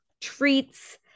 treats